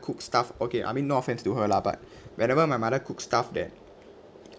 cook stuff okay I mean no offence to her lah but whenever my mother cook stuff that